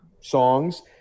songs